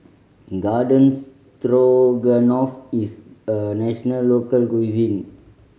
Garden Stroganoff is a national local cuisine